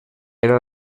era